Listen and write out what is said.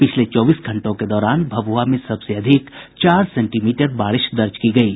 पिछले चौबीस घंटों के दौरान भभुआ में सबसे अधिक चार सेंटीमीटर बारिश दर्ज की गयी